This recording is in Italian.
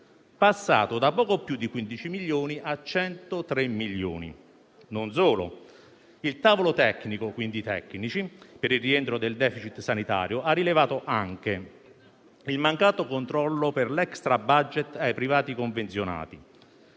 passato da poco più di 15 milioni a 103 milioni. Non solo, ma il tavolo tecnico per il rientro del *deficit* sanitario ha rilevato anche il mancato controllo per l'extrabudget ai privati convenzionati,